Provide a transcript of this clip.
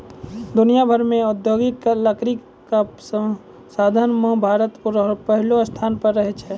दुनिया भर मॅ औद्योगिक लकड़ी कॅ संसाधन मॅ भारत पहलो स्थान पर छै